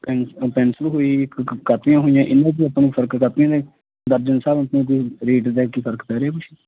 pension ਹੋਈ ਕਾਪੀਆਂ ਹੋਈਆਂ ਇਨਾਂ ਚ ਆਪਾ ਨੂੰ ਕਾਪੀਆ ਨੇ ਦਰਜਨ ਦੇ ਹਿਸਾਬ ਨਾਲ ਕਿੰਨਾ ਰੇਟ ਦਾ ਫਰਕ ਪੈ ਰਿਹਾ ਕੀ ਕੁਛ